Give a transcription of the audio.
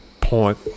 point